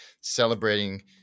celebrating